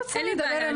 בבקשה ילנה.